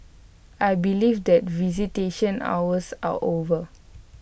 I believe that visitation hours are over